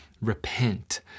Repent